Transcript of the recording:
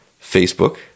Facebook